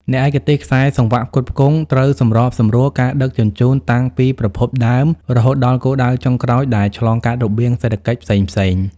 អ្នកឯកទេសខ្សែសង្វាក់ផ្គត់ផ្គង់ ត្រូវសម្របសម្រួលការដឹកជញ្ជូនតាំងពីប្រភពដើមរហូតដល់គោលដៅចុងក្រោយដែលឆ្លងកាត់របៀងសេដ្ឋកិច្ចផ្សេងៗ។